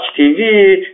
TV